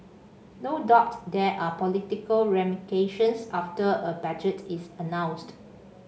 no doubt there are political ramifications after a budget is announced